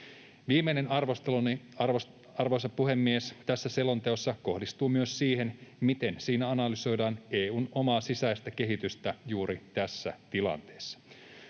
Viimeinen arvosteluni, arvoisa puhemies, tässä selonteossa kohdistuu siihen, miten siinä analysoidaan EU:n omaa sisäistä kehitystä juuri tässä tilanteessa.